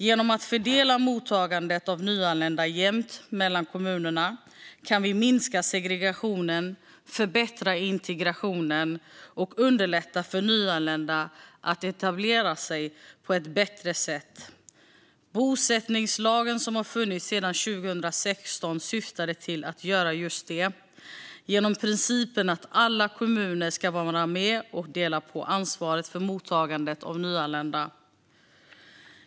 Genom att fördela mottagandet av nyanlända jämnt mellan kommunerna kan vi minska segregationen, förbättra integrationen och underlätta för nyanlända att etablera sig på ett bättre sätt. Bosättningslagen, som har funnits sedan 2016, syftade till att göra just detta genom principen att alla kommuner ska vara med och dela på ansvaret för mottagandet av nyanlända.